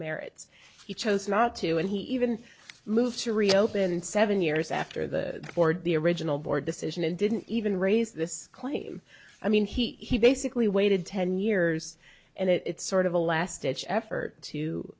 merits he chose not to and he even moved to reopen seven years after the board the original board decision and didn't even raise this claim i mean he basically waited ten years and it's sort of a last ditch effort to